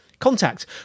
contact